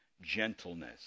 gentleness